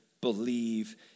Believe